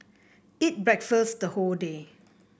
eat breakfast the whole day